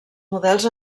models